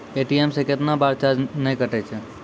ATM से कैतना बार चार्ज नैय कटै छै?